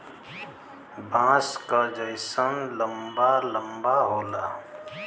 बाँस क जैसन लंबा लम्बा होला